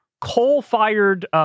coal-fired